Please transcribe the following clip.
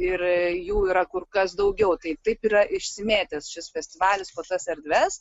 ir jų yra kur kas daugiau taip taip yra išsimėtęs šis festivalis po tas erdves